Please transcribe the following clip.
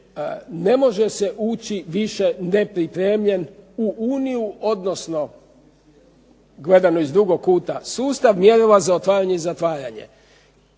Ne može se ući više nepripremljen u uniju, odnosno gledano iz drugog kuta sustav mjerila za otvaranje i zatvaranje